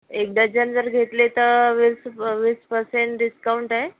एक डझन जर घेतले त वीस रुप् वीस परसेंट डिस्काउंट आहे